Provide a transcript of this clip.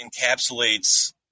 encapsulates